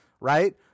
right